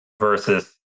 versus